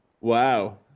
Wow